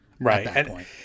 Right